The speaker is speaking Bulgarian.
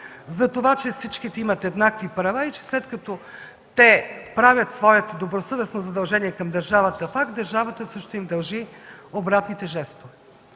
данъкоплатци, че всички имат еднакви права и след като правят своето добросъвестно задължение към държавата факт, то държавата също им дължи обратните жестове.